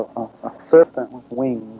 a serpent with wings